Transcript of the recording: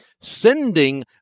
sending